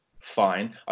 fine